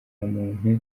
muntu